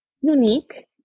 unique